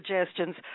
suggestions